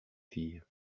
filles